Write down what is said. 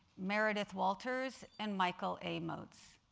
meredith walters, and michael a. moats.